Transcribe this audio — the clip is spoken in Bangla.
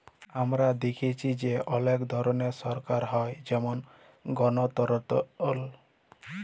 আমরা দ্যাখেচি যে অলেক ধরলের সরকার হ্যয় যেমল গলতলতর